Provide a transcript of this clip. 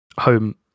home